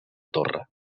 torre